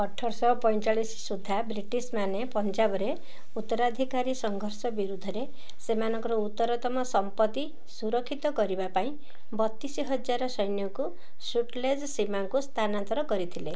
ଅଠରଶହ ପଞ୍ଚଚାଳିଶ ସୁଦ୍ଧା ବ୍ରିଟିଶମାନେ ପଞ୍ଜାବରେ ଉତ୍ତରାଧିକାରୀ ସଂଘର୍ଷ ବିରୁଦ୍ଧରେ ସେମାନଙ୍କର ଉତ୍ତରତମ ସମ୍ପତ୍ତି ସୁରକ୍ଷିତ କରିବା ପାଇଁ ବତିଶହଜାର ସୈନ୍ୟଙ୍କୁ ସୁଟଲେଜ ସୀମାକୁ ସ୍ଥାନାନ୍ତର କରିଥିଲେ